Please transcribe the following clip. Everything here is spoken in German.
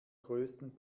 größten